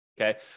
Okay